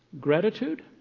Gratitude